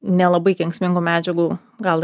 nelabai kenksmingų medžiagų gal